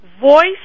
voice